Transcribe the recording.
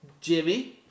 Jimmy